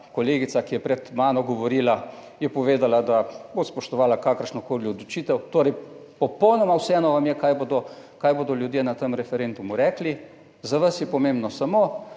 kolegica, ki je pred mano govorila, je povedala, da bo spoštovala kakršnokoli odločitev. Torej, popolnoma vseeno vam je, kaj bodo kaj bodo ljudje na tem referendumu rekli. Za vas je pomembno samo,